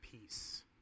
peace